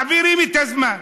מעבירים את הזמן.